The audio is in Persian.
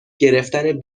گرفتن